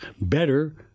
better